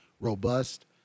robust